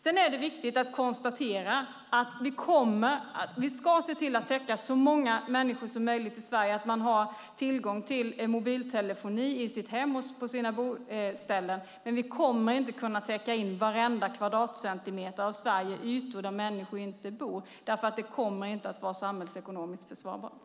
Sedan är det viktigt att konstatera att vi ska se till att ha täckning för så många människor som möjligt i Sverige, så att de har tillgång till mobiltelefoni i sina hem och på sina boställen. Men vi kommer inte att kunna täcka in varenda kvadratcentimeter av Sverige, ytor där människor inte bor. Det kommer nämligen inte att vara samhällsekonomiskt försvarbart.